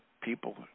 people